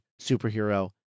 superhero